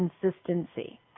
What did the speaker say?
consistency